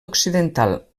occidental